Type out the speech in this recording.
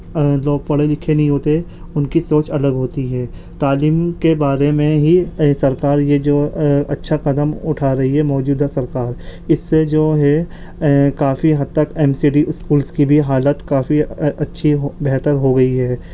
ان لوگ پڑھے لکھے نہیں ہوتے ان کی سونچ الگ ہوتی ہے تعلیم کے بارے میں ہی سرکار یہ جو اچھا قدم اٹھا رہی ہے موجودہ سرکار اس سے جو ہے کافی حد تک ایم سی ڈی اسکولس کی بھی حالت کافی اچھی بہتر ہو گئی ہے